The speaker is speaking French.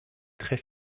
très